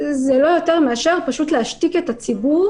זה לא יותר מאשר פשוט להשתיק את הציבור